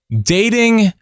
dating